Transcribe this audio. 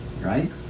right